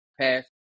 Pass